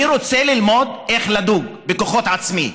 אני רוצה ללמוד איך לדוג בכוחות עצמי,